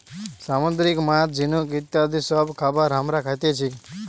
সামুদ্রিক মাছ, ঝিনুক ইত্যাদি সব খাবার হামরা খাতেছি